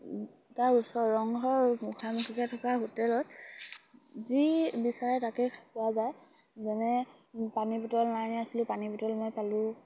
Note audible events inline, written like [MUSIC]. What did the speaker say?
তাৰ ওচৰত ৰংঘৰ মুখামুখিকে থকা হোটেলত যি বিচাৰে তাকে পোৱা যায় যেনে পানী বটল [UNINTELLIGIBLE] পানী বটল মই পালোঁ